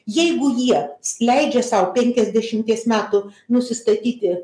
jeigu jie leidžia sau penkiasdešimties metų nusistatyti